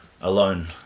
alone